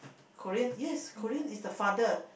Korean yes Korean is the father